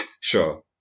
sure